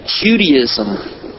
Judaism